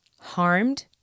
harmed